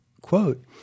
quote